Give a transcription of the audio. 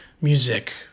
music